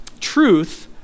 truth